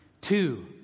Two